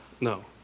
no